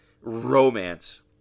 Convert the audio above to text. romance